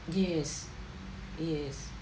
yes yes